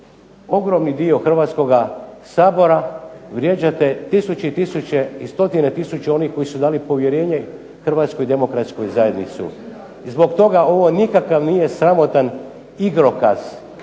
ogromni dio Hrvatskoga sabora, vrijeđate tisuće i tisuće i stotine tisuća onih koji su dali povjerenje HDZ-u. I zbog toga ovo nikakav nije sramotan igrokaz koji sam